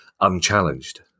unchallenged